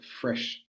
fresh